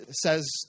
says